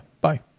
Bye